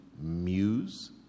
muse